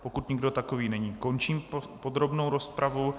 Pokud nikdo takový není, končím podrobnou rozpravu.